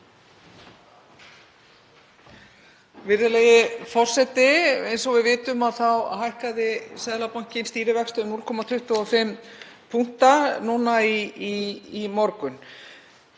Virðulegi forseti. Eins og við vitum þá hækkaði Seðlabankinn stýrivexti um 0,25 punkta núna í morgun.